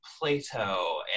plato